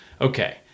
Okay